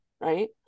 Right